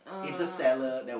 uh